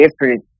different